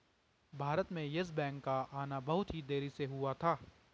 भारत में Yes Bank का आना बहुत ही देरी से हुआ था